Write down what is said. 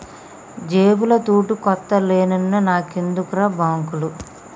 జేబుల తూటుకొత్త లేనోన్ని నాకెందుకుర్రా బాంకులు